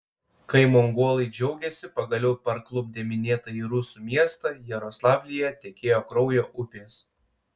kai mongolai džiaugėsi pagaliau parklupdę minėtąjį rusų miestą jaroslavlyje tekėjo kraujo upės